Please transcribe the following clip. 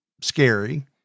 scary